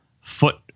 foot